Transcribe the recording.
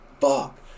Fuck